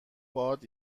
باد